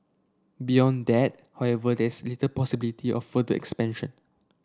beyond that however there's little possibility of further expansion